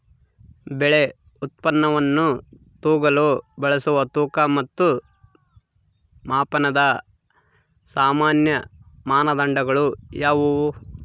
ಬೆಳೆ ಉತ್ಪನ್ನವನ್ನು ತೂಗಲು ಬಳಸುವ ತೂಕ ಮತ್ತು ಮಾಪನದ ಸಾಮಾನ್ಯ ಮಾನದಂಡಗಳು ಯಾವುವು?